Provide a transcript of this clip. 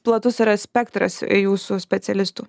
platus yra spektras jūsų specialistų